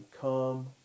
Come